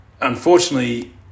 unfortunately